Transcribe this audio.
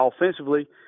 offensively